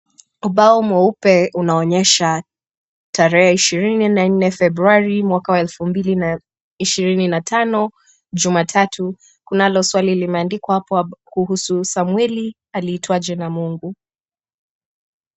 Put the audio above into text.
Ubao mweupe unaonyesha tarehe ishirini na nne Februari mwana wa elfu mbili na ishirini na tano Jumatatu. Kunalo swali limeandikwa kuhusu Samweli aliitwaje na Mungu.